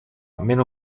meno